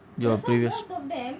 your previous